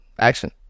action